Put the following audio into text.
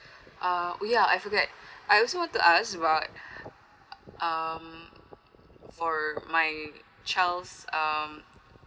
uh oh ya I forget I also want to ask about um for my child's um